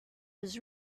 was